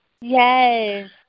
yes